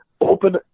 open